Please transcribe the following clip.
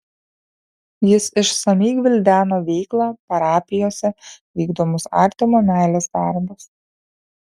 jis išsamiai gvildeno veiklą parapijose vykdomus artimo meilės darbus